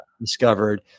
discovered